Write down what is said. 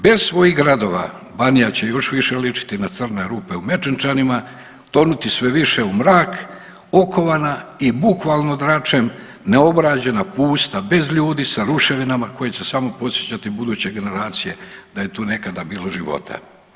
Bez svojih gradova, Banija će još više ličiti na crne rupe u Mečenčanima, tonuti sve više u mrak, okovana i bukvalno dračem, neobrađena, pusta, bez ljudi, sa ruševinama koje će samo podsjećati buduće generacije da je tu nekada bilo života.